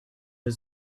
had